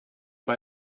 bei